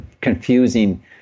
confusing